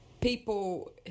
People